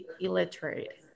illiterate